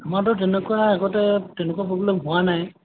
আমাৰতো তেনেকুৱা আগতে তেনেকুৱা প্ৰব্লেম হোৱা নাই